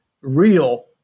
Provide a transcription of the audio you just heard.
real